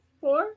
Four